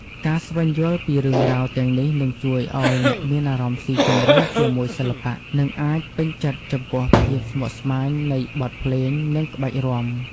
ការស្វែងយល់ពីរឿងរ៉ាវទាំងនេះ នឹងជួយឱ្យអ្នកមានអារម្មណ៍ស៊ីជម្រៅជាមួយសិល្បៈ និងអាចពេញចិត្តចំពោះភាពស្មុគស្មាញនៃបទភ្លេង និងក្បាច់រាំ។